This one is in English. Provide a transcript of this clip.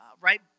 right